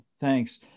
thanks